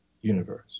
universe